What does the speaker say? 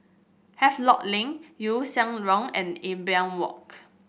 Havelock Link Yew Siang Road and Imbiah Walk